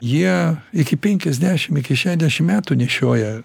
jie iki penkiasdešim iki šedešim metų nešioja